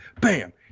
bam